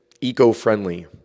eco-friendly